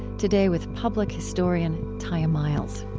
today, with public historian tiya miles